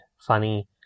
funny